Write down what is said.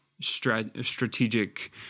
strategic